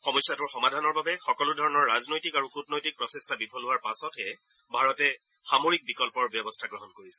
সমস্যাটোৰ সমাধানৰ বাবে সকলো ধৰণৰ ৰাজনৈতিক আৰু কূটনৈতিক প্ৰচেষ্টা বিফল হোৱাৰ পাছতহে ভাৰতে সামৰিক বিকল্পৰ ব্যৱস্থা গ্ৰহণ কৰিছিল